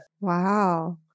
Wow